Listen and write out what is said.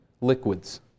liquids